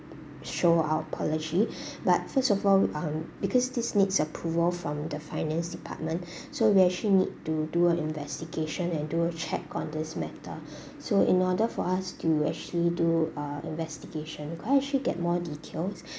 show our apology but first of all um because this needs approval from the finance department so we actually need to do a investigation and do a check on this matter so in order for us to actually do uh investigation could I actually get more details